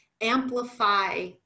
amplify